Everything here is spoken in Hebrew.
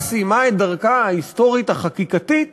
וכך סיימה את דרכה ההיסטורית החקיקתית